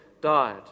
died